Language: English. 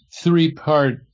three-part